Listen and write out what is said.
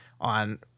on